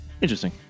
Interesting